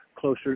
closer